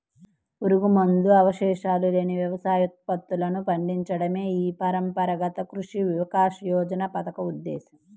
పురుగుమందు అవశేషాలు లేని వ్యవసాయ ఉత్పత్తులను పండించడమే ఈ పరంపరాగత కృషి వికాస యోజన పథకం ఉద్దేశ్యం